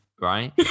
right